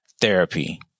therapy